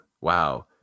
wow